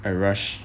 I rush